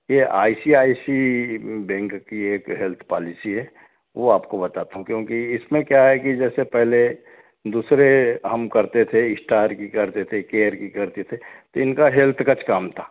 ये I C I C bank की एक हेल्थ पॉलिसी है वो आपको बताता हूँ क्योंकि इसमें क्या है कि जैसे पहले दूसरे हम करते थे स्टार की करते थे केयर की करते थे तो इनका हेल्थ का काम था